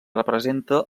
representa